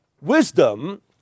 wisdom